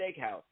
Steakhouse